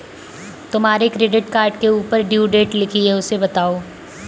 तुम्हारे credit card के ऊपर ड्यू डेट लिखी है उसे बताओ